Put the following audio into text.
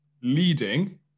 leading